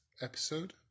episode